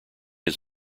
his